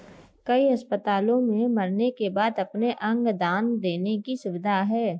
कई अस्पतालों में मरने के बाद अपने अंग दान देने की सुविधा है